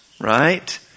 right